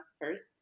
first